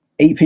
ap